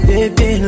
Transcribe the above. Baby